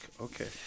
Okay